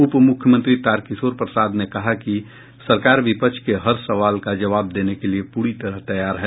उप मुख्यमंत्री तारकिशोर प्रसाद ने कहा है कि सरकार विपक्ष के हर सवाल का जवाब देने के लिये पूरी तरह तैयार है